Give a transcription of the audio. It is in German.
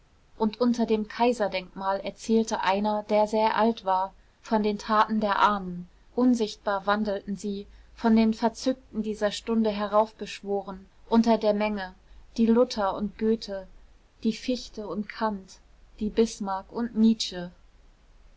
und unter dem kaiserdenkmal erzählte einer der sehr alt war von den taten der ahnen unsichtbar wandelten sie von den verzückten dieser stunde heraufbeschworen unter der menge die luther und goethe die fichte und kant die bismarck und nietzsche